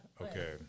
okay